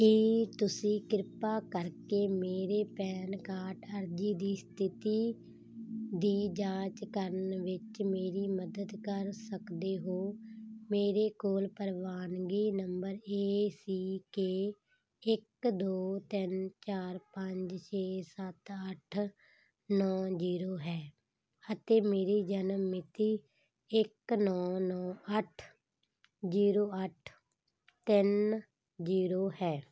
ਕੀ ਤੁਸੀਂ ਕਿਰਪਾ ਕਰਕੇ ਮੇਰੇ ਪੈਨ ਕਾਰਡ ਅਰਜ਼ੀ ਦੀ ਸਥਿਤੀ ਦੀ ਜਾਂਚ ਕਰਨ ਵਿੱਚ ਮੇਰੀ ਮਦਦ ਕਰ ਸਕਦੇ ਹੋ ਮੇਰੇ ਕੋਲ ਪ੍ਰਵਾਨਗੀ ਨੰਬਰ ਏ ਸੀ ਕੇ ਇੱਕ ਦੋ ਤਿੰਨ ਚਾਰ ਪੰਜ ਛੇ ਸੱਤ ਅੱਠ ਨੌਂ ਜ਼ੀਰੋ ਹੈ ਅਤੇ ਮੇਰੀ ਜਨਮ ਮਿਤੀ ਇੱਕ ਨੌਂ ਨੌਂ ਅੱਠ ਜ਼ੀਰੋ ਅੱਠ ਤਿੰਨ ਜ਼ੀਰੋ ਹੈ